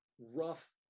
rough